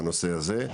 בנושא הזה,